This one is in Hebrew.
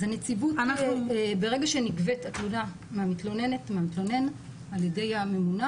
ברגע שנגבית התלונה מהמתלוננת או מהמתלונן ע"י הממונה